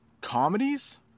comedies